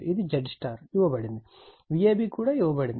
ఇది ZY ఇవ్వబడింది మరియు Vab కూడా ఇవ్వబడింది